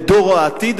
את דור העתיד,